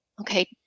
okay